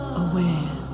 aware